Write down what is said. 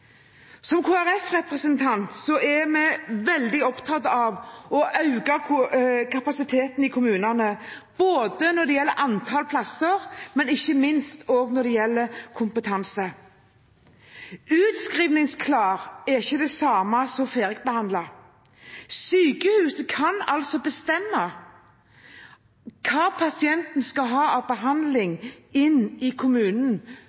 Som Kristelig Folkeparti-representant er jeg veldig opptatt av å øke kapasiteten i kommunene når det gjelder antall plasser, men ikke minst også når det gjelder kompetanse. Utskrivningsklar er ikke det samme som ferdigbehandlet. Sykehuset kan altså bestemme hva pasienten skal ha av behandling i kommunen